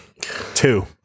two